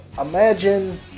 imagine